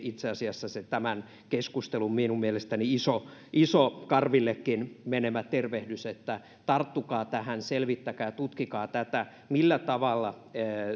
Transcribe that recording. itse asiassa minun mielestäni se tämän keskustelun iso iso karvillekin menevä tervehdys että tarttukaa tähän selvittäkää ja tutkikaa millä tavalla